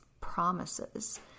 promises